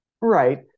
right